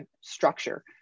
structure